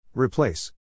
Replace